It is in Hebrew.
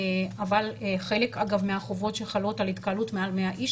אבל חלק אגב מהחובות שחלות על התקהלות מעל 100 איש,